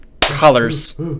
colors